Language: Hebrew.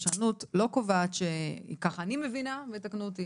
אני מבינה, ויתקנו אותי